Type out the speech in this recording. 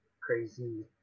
crazy